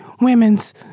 Women's